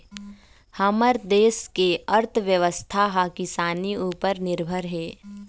हमर देस के अर्थबेवस्था ह किसानी उपर निरभर हे